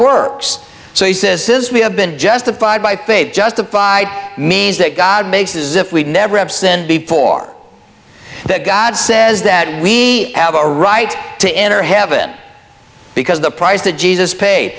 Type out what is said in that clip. works so he says says we have been justified by faith justified means that god makes is if we never absented before that god says that we have a right to enter heaven because the price that jesus pa